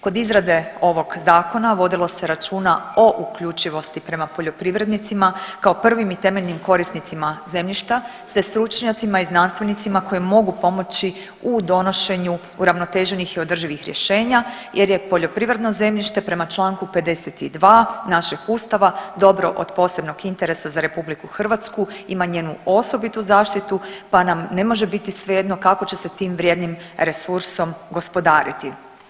Kod izrade ovog zakona vodilo se računa o uključivosti prema poljoprivrednicima kao prvim i temeljnim korisnicima zemljišta, te stručnjacima i znanstvenicima koji mogu pomoći u donošenju uravnoteženih i održivih rješenja jer je poljoprivredno zemljište prema čl. 52. našeg ustava dobro od posebnog interesa za RH, ima njenu osobitu zaštitu, pa nam ne može biti svejedno kako će se tim vrijednim resursom gospodariti.